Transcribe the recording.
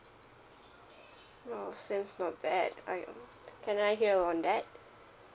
oh seems not bad I can I hear on that